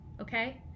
Okay